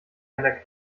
einer